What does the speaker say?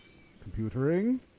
computering